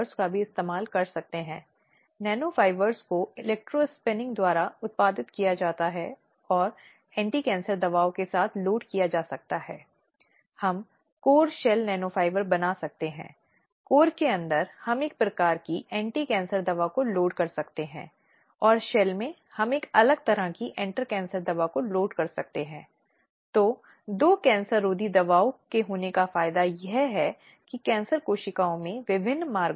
सुनिश्चित करें कि पक्षकारों को इस प्रक्रिया के बारे में और उनके अधिकारों और जिम्मेदारियों के बारे में अवगत कराया जाए जो बहुत महत्वपूर्ण है यह समिति की जिम्मेदारी है जो यह सुनिश्चित करने के लिए बनाई गई है कि इससे पहले कि वे उन पक्षों को आगे बढ़ाएं जो शिकायत में शामिल हैं वे सभी जानते हैं नियमों और प्रक्रियाओं को लागू करना जो जगह में है और जिसके कारण वे शिकायत के साथ आगे बढ़ने की प्रक्रिया में शासित होंगे